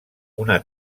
una